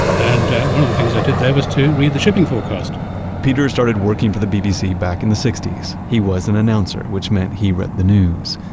and one of the things i did there was to read the shipping forecast peter started working for the bbc back in the sixty s. he was an announcer, which meant he read the news.